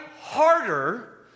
harder